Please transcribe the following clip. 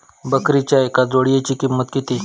बकरीच्या एका जोडयेची किंमत किती?